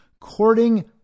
courting